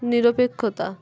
নিরপেক্ষতা